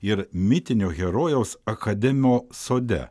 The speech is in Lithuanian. ir mitinio herojaus akademio sode